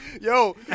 Yo